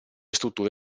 strutture